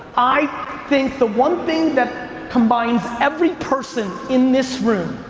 i think the one thing that combines every person in this room,